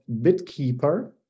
BitKeeper